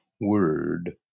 word